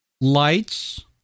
Lights